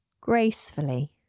Gracefully